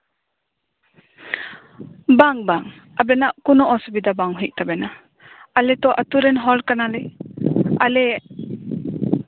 ᱵᱟᱝᱼᱵᱟᱝ ᱟᱵᱮᱱᱟᱜ ᱠᱳᱱᱳ ᱚᱥᱩᱵᱤᱫᱷᱟ ᱵᱟᱝ ᱦᱩᱭᱩᱜ ᱛᱟᱵᱮᱱᱟ ᱟᱞᱮ ᱛᱚ ᱟᱹᱛᱩ ᱨᱮᱱ ᱦᱚᱲ ᱠᱟᱱᱟ ᱞᱮ ᱟᱞᱮ